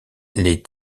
les